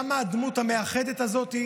כמה הדמות המאחדת הזאת,